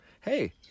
hey